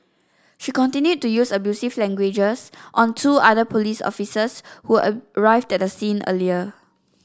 she continued to use abusive language on two other police officers who arrived at the scene earlier